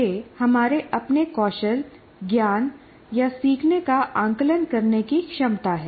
यह हमारे अपने कौशल ज्ञान या सीखने का आकलन करने की क्षमता है